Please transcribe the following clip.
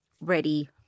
ready